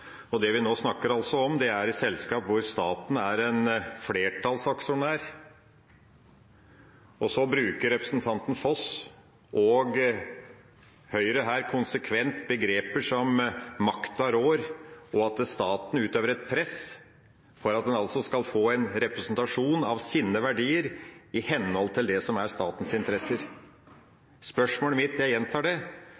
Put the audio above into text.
og det vi nå altså snakker om, er et selskap hvor staten er en flertallsaksjonær. Så bruker representanten Foss og Høyre her konsekvent begreper som «makta rår» og at staten utøver et «press» for at man altså skal få en representasjon av sine verdier i henhold til det som er statens interesser.